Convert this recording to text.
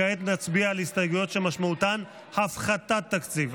כעת נצביע על הסתייגויות שמשמעותן הפחתת תקציב.